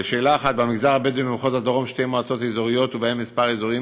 לשאלה 1. במגזר הבדואי במחוז הדרום שתי מועצות אזוריות ובהן כמה אזורים